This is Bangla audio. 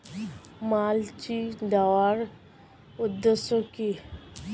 মালচিং দেওয়ার উদ্দেশ্য কি?